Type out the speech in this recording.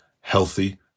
healthy